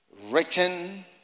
written